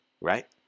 right